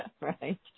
right